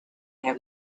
have